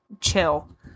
chill